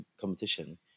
competition